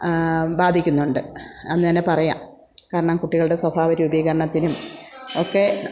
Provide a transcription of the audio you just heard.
ബാധിക്കുന്നുണ്ട് അങ്ങനെ പറയാം കാരണം കുട്ടികളുടെ സ്വഭാവ രൂപീകരണത്തിനും ഒക്കെ